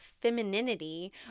femininity